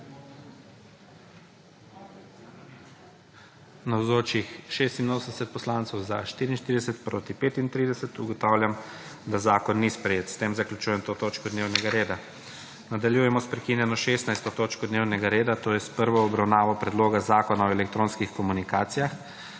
35. (Za je glasovalo 44.)(Proti 35.) Ugotavljam, da zakon ni sprejet. S tem zaključujem to točko dnevnega reda. Nadaljujemo s prekinjeno16. točko dnevnega reda, to je s prvo obravnavo Predloga zakona o elektronskih komunikacijah.